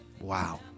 Wow